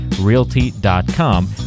realty.com